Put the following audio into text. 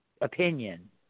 opinion